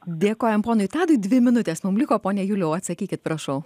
dėkojam ponui tadui dvi minutės mum liko pone juliau atsakykit prašau